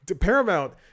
Paramount